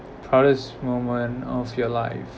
proudest moment of your life